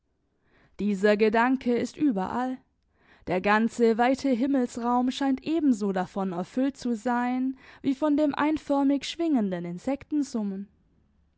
dieser gedanke ist überall der ganze weite himmelsraum scheint ebenso davon erfüllt zu sein wie von dem einförmig schwingenden